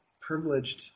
privileged